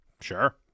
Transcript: Sure